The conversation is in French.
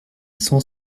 cent